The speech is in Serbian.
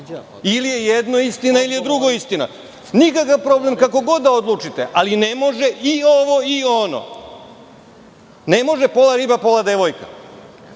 Ili je jedno istina, ili je drugo istina. Nikakav problem, kako god da odlučite, ali ne može i ovo i ono. Ne može pola riba, pola devojka.